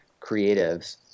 creatives